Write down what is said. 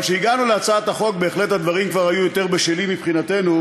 אבל כשהגענו להצעת החוק בהחלט הדברים כבר היו יותר בשלים מבחינתנו.